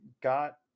got